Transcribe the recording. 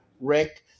Rick